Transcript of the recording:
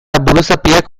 buruzapiak